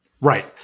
Right